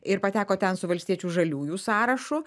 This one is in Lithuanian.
ir pateko ten su valstiečių žaliųjų sąrašu